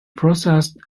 processed